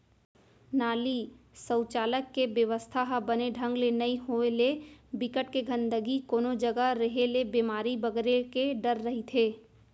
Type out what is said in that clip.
नाली, सउचालक के बेवस्था ह बने ढंग ले नइ होय ले, बिकट के गंदगी कोनो जघा रेहे ले बेमारी बगरे के डर रहिथे